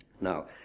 Now